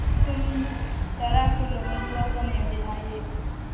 ꯑꯗꯨꯝ ꯇꯔꯥ ꯀꯨꯟꯂꯣꯝꯗꯤ ꯂꯧꯒꯅꯦꯗꯤ ꯍꯥꯏꯌꯦ